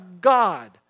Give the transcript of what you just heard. God